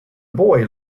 boy